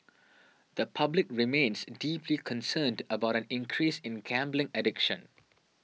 the public remains deeply concerned about an increase in gambling addiction